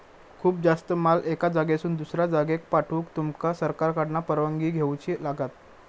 खूप जास्त माल एका जागेसून दुसऱ्या जागेक पाठवूक तुमका सरकारकडना परवानगी घेऊची लागात